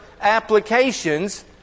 applications